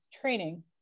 training